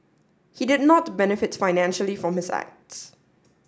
he did not benefit financially from his acts